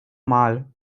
mal